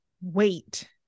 wait